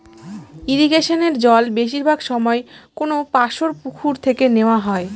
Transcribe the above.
ইরিগেশনের জল বেশিরভাগ সময় কোনপাশর পুকুর থেকে নেওয়া হয়